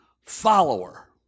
follower